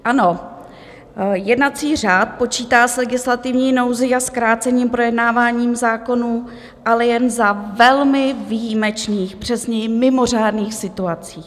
Ano, jednací řád počítá s legislativní nouzí a zkrácením projednávání zákonů, ale jen za velmi výjimečných, přesněji mimořádných, situací.